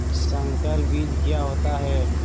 संकर बीज क्या होता है?